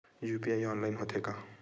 UPI online होथे का?